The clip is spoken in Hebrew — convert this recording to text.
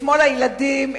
אתמול ילדים,